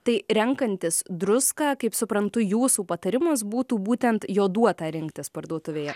tai renkantis druską kaip suprantu jūsų patarimas būtų būtent joduotą rinktis parduotuvėje